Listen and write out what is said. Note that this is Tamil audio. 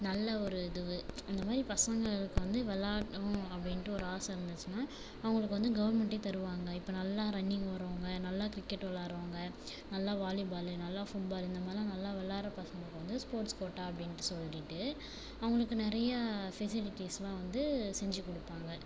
நல்ல ஒரு இதுவு அந்த மாதிரி பசங்களுக்கு வந்து விளாட்ணும் அப்படின்ட்டு ஒரு ஆசை இருந்துச்சுன்னா அவங்களுக்கு வந்து கவர்மண்ட்டே தருவாங்க இப்போ நல்லா ரன்னிங் ஓடுகிறவங்க நல்லா கிரிக்கெட் விளாட்றவங்க நல்லா வாலிபாலு நல்லா ஃபுட்பாலு இந்தமாதிரிலாம் நல்லா விளாட்ற பசங்களுக்கு வந்து ஸ்போர்ட்ஸ் கோட்டா அப்படின்ட்டு சொல்லிட்டு அவங்களுக்கு நிறையா ஃபெசிட்டிஸ்லாம் வந்து செஞ்சு கொடுப்பாங்க